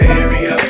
area